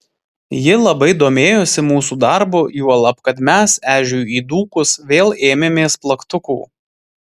ji labai domėjosi mūsų darbu juolab kad mes ežiui įdūkus vėl ėmėmės plaktukų